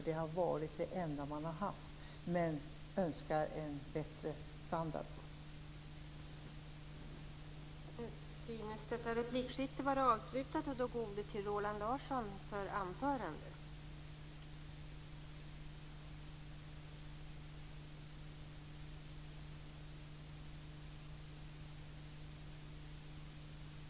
De har varit det enda man har haft, men jag önskar en bättre standard på dem.